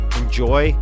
enjoy